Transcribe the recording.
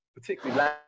particularly